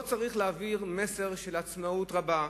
לא צריך להעביר מסר של עצמאות רבה,